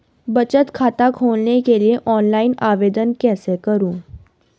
बचत खाता खोलने के लिए ऑनलाइन आवेदन कैसे करें?